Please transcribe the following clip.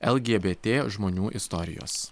lgbt žmonių istorijos